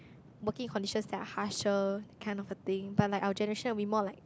working conditions that are harsher that kind of a thing but like our generation will be more like